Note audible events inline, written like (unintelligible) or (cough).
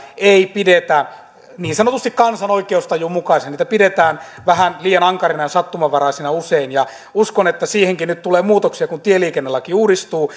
ei pidetä niin sanotusti kansan oikeustajun mukaisina niitä pidetään vähän liian ankarina ja sattumanvaraisina usein ja uskon että siihenkin nyt tulee muutoksia kun tieliikennelaki uudistuu (unintelligible)